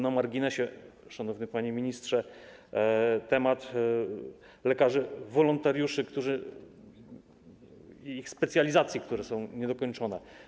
Na marginesie, szanowny panie ministrze, temat lekarzy wolontariuszy, ich specjalizacje, które są niedokończone.